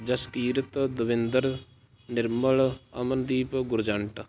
Jaskirat Davinder Nirmal Amandeep Gurjant